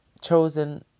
chosen